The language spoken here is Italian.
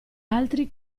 altri